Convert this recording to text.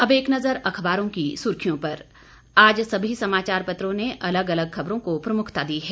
अब एक नजर अखबारों की सुर्खियों पर आज सभी समाचार पत्रों ने अलग अलग खबरों को प्रमुखता दी है